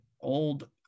old